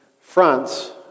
fronts